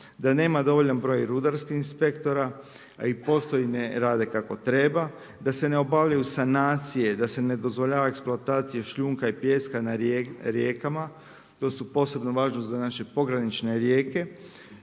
da nema dovoljan broj rudarskih inspektora, a i postoji ne rade kako treba, da se ne obavljaju sanacije, da se ne dozvoljava eksploatacija šljunka i pijeska na rijekama, to je posebno važno za naše pogranične rijeke